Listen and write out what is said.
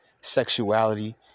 sexuality